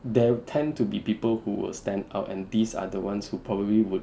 there tend to be people who will stand out and these are the ones who probably would